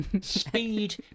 Speed